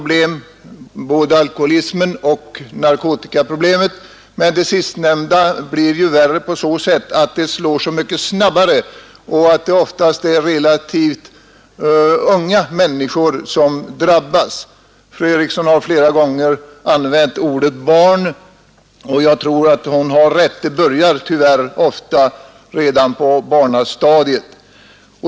Både alkoholismen och narkotikaproblemet är svåra problem, men det sistnämnda är i så måtto värre att det slår mycket snabbare och oftast drabbar relativt unga människor. Fru Eriksson har flera gånger använt ordet ”barn” i detta sammanhang, och jag tror att hon har rätt — det börjar tyvärr ofta redan på barnastadiet.